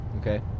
Okay